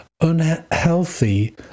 unhealthy